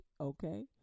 okay